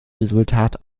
resultat